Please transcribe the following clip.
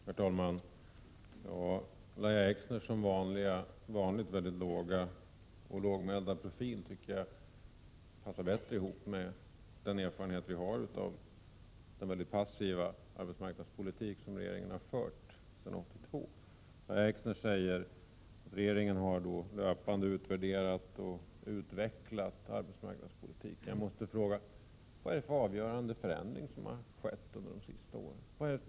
Herr talman! Lahja Exners som vanligt mycket lågmälda profil tycker jag passar bra ihop med den erfarenhet som vi har av den mycket passiva arbetsmarknadspolitik som regeringen har fört sedan 1982. Lahja Exner säger att regeringen har löpande utvärderat och utvecklat arbetsmarknadspolitiken. Jag måste fråga: Vad är det för avgörande förändring som har skett under de senaste åren?